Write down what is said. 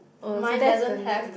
oh so that's the n~